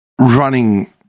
running